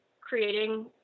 creating